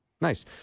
nice